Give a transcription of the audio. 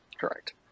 Correct